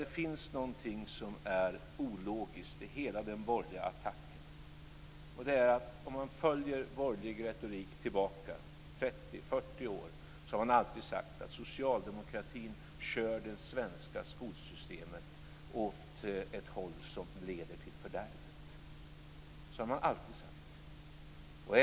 Det finns någonting som är ologiskt i hela den borgerliga attacken. Om man följer borgerlig retorik 30, 40 år tillbaka, ser man att de alltid har sagt att socialdemokratin kör det svenska skolsystemet åt ett håll som leder till fördärvet. Så har man alltid sagt.